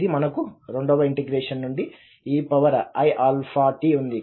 ఇది మనకు రెండవ ఇంటెగ్రేషన్ నుండి eiαt ఉంది